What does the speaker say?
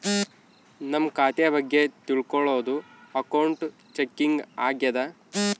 ನಮ್ ಖಾತೆ ಬಗ್ಗೆ ತಿಲ್ಕೊಳೋದು ಅಕೌಂಟ್ ಚೆಕಿಂಗ್ ಆಗ್ಯಾದ